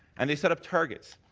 and they set up targets.